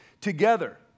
together